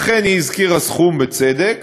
לכן, היא הזכירה בצדק